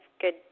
good